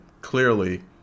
Clearly